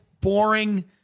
boring